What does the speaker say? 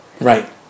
right